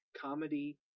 comedy